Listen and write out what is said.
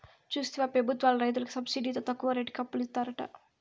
చూస్తివా పెబుత్వాలు రైతులకి సబ్సిడితో తక్కువ రేటుకి అప్పులిత్తారట